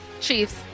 Chiefs